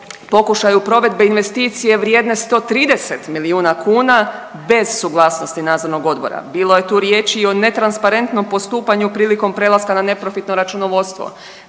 pokušaju provedbe investicije vrijedne 130 milijuna kuna bez suglasnosti Nadzornog odbora, bilo je tu riječi i o netransparentnom postupanju prilikom prelaska na neprofitno računovodstvo,